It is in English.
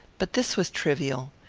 but this was trivial.